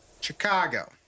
Chicago